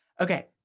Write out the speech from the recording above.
Okay